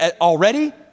already